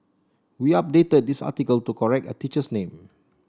we updated this article to correct a teacher's name